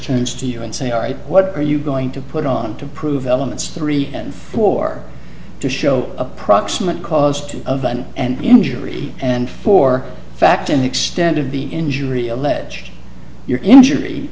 to you and say all right what are you going to put on to prove elements three and four to show a proximate cause to a van and injury and for fact an extent of the injury alleged your injury